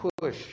push